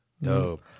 no